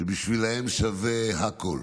שבשבילם שווה הכול,